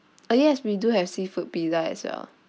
uh yes we do have seafood pizza as well